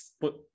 put